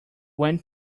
went